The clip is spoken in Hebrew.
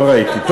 לא ראיתי.